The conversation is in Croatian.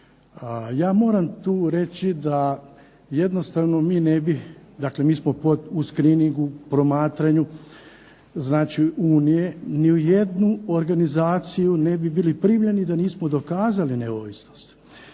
Ja moram tu reći da jednostavno mi ne bi, dakle mi smo u skriningu, u promatraju Unije, ni u jednu organizaciju ne bismo bili primljeni da nismo dokazali neovisnost.